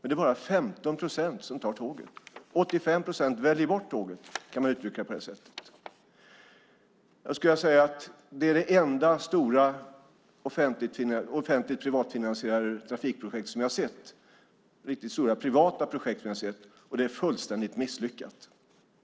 Det är bara 15 procent som tar tåget. 85 procent väljer bort tåget, kan man uttrycka det. Det är det enda riktigt stora offentligt finansierade privata trafikprojekt som vi har sett, och det är fullständigt misslyckat.